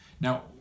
Now